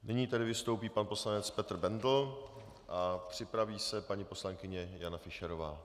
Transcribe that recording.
Nyní tedy vystoupí pan poslanec Petr Bendl a připraví se paní poslankyně Jana Fischerová.